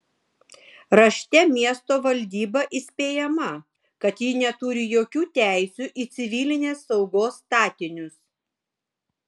rašte miesto valdyba įspėjama kad ji neturi jokių teisių į civilinės saugos statinius